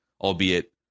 albeit